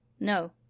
No